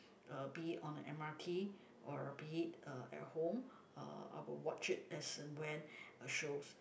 uh be it on the m_r_t or be it uh at home uh I will watch it as and when a shows